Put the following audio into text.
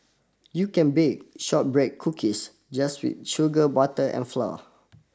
you can bake shortbread cookies just with sugar butter and flour